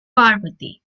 parvati